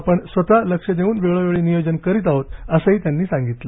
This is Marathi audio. आपण स्वतः लक्ष देऊन वेळोवेळी नियोजन करीत आहोत असंही त्यांनी सांगितलं